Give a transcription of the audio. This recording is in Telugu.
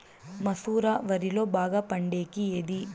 మసూర వరిలో బాగా పండేకి ఏది?